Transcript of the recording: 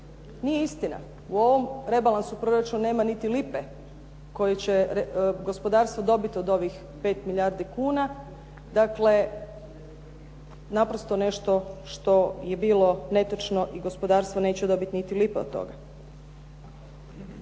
Nije istina. U ovom rebalansu proračuna nema niti lipe koje će gospodarstvo dobiti od ovih 5 milijardi kuna. Dakle, naprosto nešto što je bilo netočno i gospodarstvo neće dobiti niti lipe od toga.